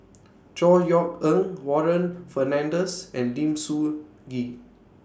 Chor Yeok Eng Warren Fernandez and Lim Soo Ngee